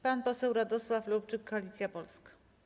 Pan poseł Radosław Lubczyk, Koalicja Polska.